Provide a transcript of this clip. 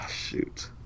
Shoot